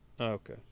Okay